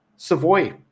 Savoy